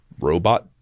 robot